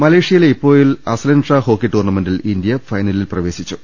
മലേഷ്യയിലെ ഇപ്പോയിൽ Azlan Shah hockey ടൂർണമെന്റിൽ ഇന്ത്യ ഫൈനലിൽ പ്രവേശിച്ചു